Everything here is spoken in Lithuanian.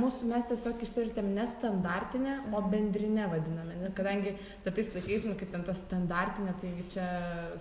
mūsų mes tiesiog išsivertėm nestandartinė bendrine vadinami ir kadangi kartais tokiais nu kaip ten ta standartinė taigi čia